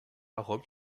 rome